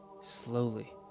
slowly